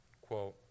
quote